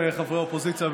חברי האופוזיציה,